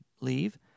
leave